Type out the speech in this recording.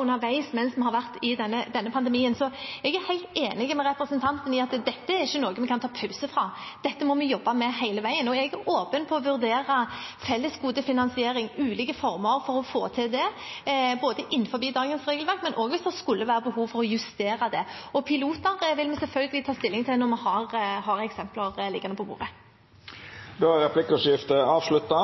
underveis mens vi har vært i denne pandemien. Jeg er helt enig med representanten i at dette ikke er noe vi kan ta pause fra. Dette må vi jobbe med hele veien, og jeg er åpen for å vurdere fellesgodefinansiering, ulike former for å få til det, både innenfor dagens regelverk og hvis det skulle være behov for å justere det. Piloter vil vi selvfølgelig ta stilling til når vi har eksempler liggende på bordet. Replikkordskiftet er avslutta.